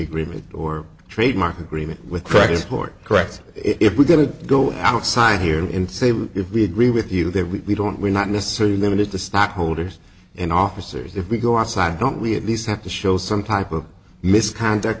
agreement or trademark agreement with crackers court correct if we're going to go outside here and say well if we agree with you that we don't we're not necessarily going to get the stockholders and officers if we go outside don't we at least have to show some type of misconduct